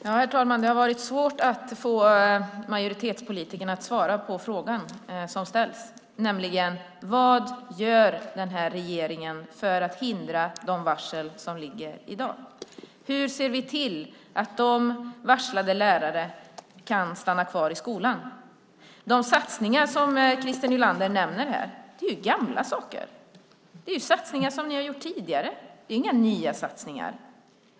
Herr talman! Det har varit svårt att få majoritetspolitikerna att svara på frågan som ställs, nämligen: Vad gör den här regeringen för att hindra de varsel som ligger i dag? Hur ser vi till att de varslade lärarna kan stanna kvar i skolan? De satsningar som Christer Nylander nämner här är ju gamla saker. Det är satsningar som ni har gjort tidigare. Det är inga nya satsningar.